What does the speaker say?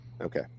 okay